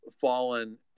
fallen